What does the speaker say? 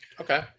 Okay